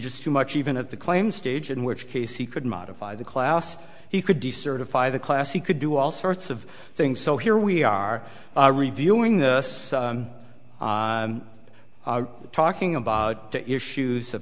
just too much even at the claims stage in which case he could modify the class he could decertify the class he could do all sorts of things so here we are reviewing this talking about the issues of